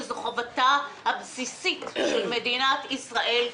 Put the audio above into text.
זו חובתה הבסיסית של מדינת ישראל,